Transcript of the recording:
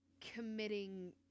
committing